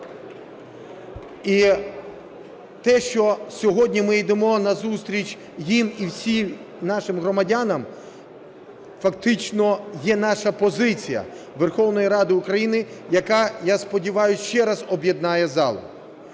І те, що сьогодні ми йдемо назустріч їм і всім нашим громадянам, фактично є наша позиція Верховної Ради України, яка, я сподіваюсь, ще раз об'єднає зал.